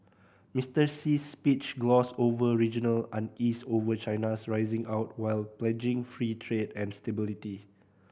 Mister Xi's speech glossed over regional unease over China's rising out while pledging free trade and stability